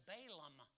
Balaam